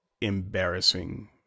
embarrassing